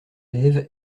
lève